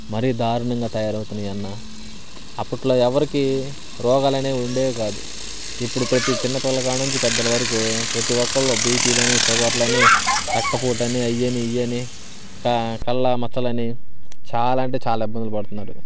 మరీ దారుణంగా తయారవుతున్నాయన్నా అప్పట్లో ఎవరికీ రోగాలనేవి ఉండేవి కాదు ఇప్పుడు ప్రతీ చిన్న పిల్ల కాడ నుంచి పెద్దల వరకు ప్రతీ ఒకళ్ళు బీపీలని షుగర్లని రక్తపోటని అయ్యని ఇయ్యని క కళ్ళా మచ్చలని చాల అంటే చాలా ఇబ్బందులు పడుతున్నారు